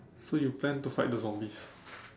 so you plan to fight the zombies